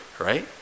right